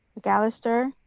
mcallister,